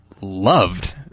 loved